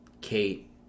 Kate